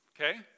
Okay